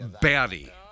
batty